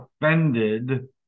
offended